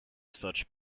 such